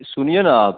सुनिए न आप